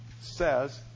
says